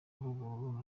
ruguru